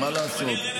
מה לעשות?